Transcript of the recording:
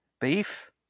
Beef